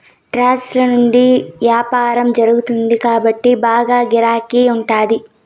trades ల గుండా యాపారం జరుగుతుంది కాబట్టి బాగా గిరాకీ ఉంటాది